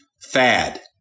fad